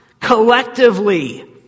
collectively